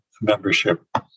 membership